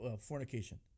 fornication